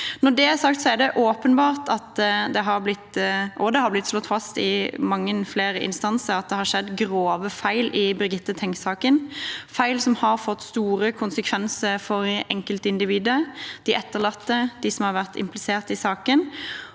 Når det er sagt, er det åpenbart – og det har blitt slått fast i flere instanser – at det har skjedd grove feil i Birgitte Tengs-saken, feil som har fått store konsekvenser for enkeltindividet, de etterlatte og de som har vært implisert i saken,